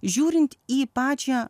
žiūrint į pačią